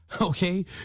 okay